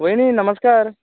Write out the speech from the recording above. वयनी नमस्कार